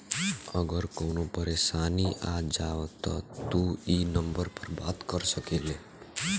अगर कवनो परेशानी आ जाव त तू ई नम्बर पर बात कर सकेल